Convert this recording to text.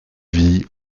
vie